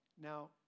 Now